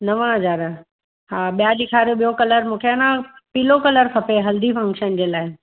नव हज़ार हा ॿिया ॾेखारियो ॿियो कलर मूंखे आहे न पीलो कलर खपे हल्दी फंक्शन जे लाइ